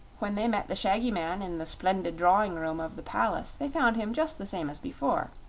when they met the shaggy man in the splendid drawing room of the palace they found him just the same as before.